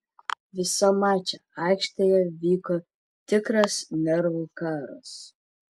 visą mačą aikštėje vyko tikras nervų karas